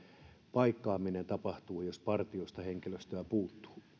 paikkaaminen tapahtuu jos partiosta puuttuu